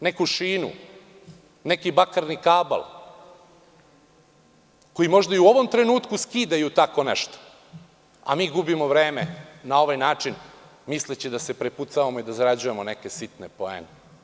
neku šinu, neki bakarni kabal, koji se možda i u ovom trenutku skida, a mi gubimo vreme na ovaj način, misleći da se prepucavamo i da zarađujemo neke sitne poene.